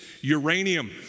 uranium